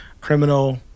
Criminal